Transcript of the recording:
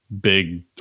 big